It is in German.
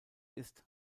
ist